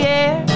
air